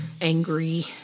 angry